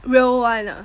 real [one] ah